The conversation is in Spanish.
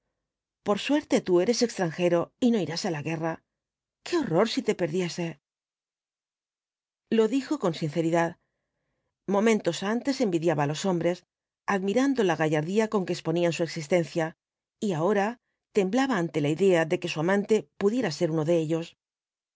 por suerte tú eres extranjero y no irás á la guerra qué horror si te perdiese lo dijo con sinceridad momentos antes envidiaba á los hombres admirando la gallardía con que exponían su existencia y ahora temblaba ante la idea de que su amante pudiera ser uno de ellos